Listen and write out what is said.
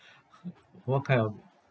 what kind of